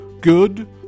Good